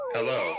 Hello